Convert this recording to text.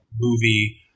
movie